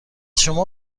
شما